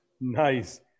Nice